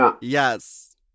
Yes